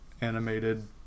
animated